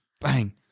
bang